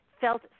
felt